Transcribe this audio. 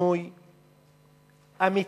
שינוי אמיתי,